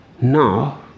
Now